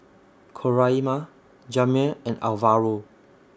Coraima Jamir and Alvaro